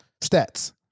stats